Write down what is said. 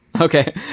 okay